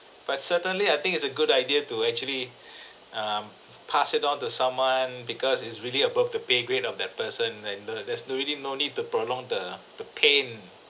but certainly I think it's a good idea to actually um pass it on to someone because it's really above the pay grade of that person then the there's no really no need to prolong the the pain